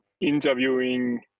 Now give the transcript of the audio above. interviewing